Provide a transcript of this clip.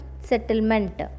settlement